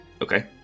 Okay